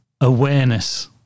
awareness